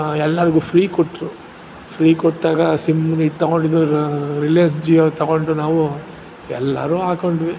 ಎಲ್ಲರಿಗೂ ಫ್ರೀ ಕೊಟ್ಟರು ಫ್ರೀ ಕೊಟ್ಟಾಗ ಸಿಮ್ ಇದು ತೊಗೊಂಡಿದ್ದು ರಿಲಯನ್ಸ್ ಜಿಯೋ ತೊಗೊಂಡು ನಾವು ಎಲ್ಲರೂ ಹಾಕೊಂಡ್ವಿ